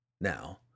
Now